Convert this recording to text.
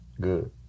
Good